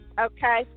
Okay